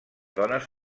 dones